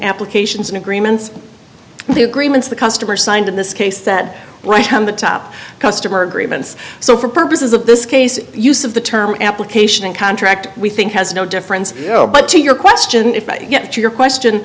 applications and agreements the agreements the customer signed in this case that right from the top customer agreements so for purposes of this case use of the term application contract we think has no difference but to your question if i get your question